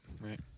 right